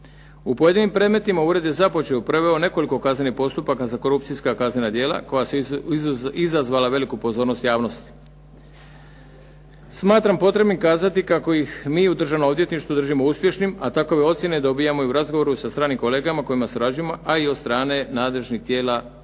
U pojedinim postupcima ured je započeo proveo nekoliko kaznenih postupaka za korupcijska kaznena djela koji su izazvali veliku pozornost javnosti. Smatram potrebnim kazati kako ih mi u Državnom odvjetništvu držimo uspješnim a takve ocjene dobivamo u razgovoru sa stranim kolegama s kojima surađujemo a i od strane nadležnih tijela Europske